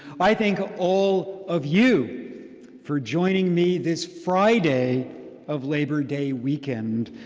i thank all of you for joining me this friday of labor day weekend.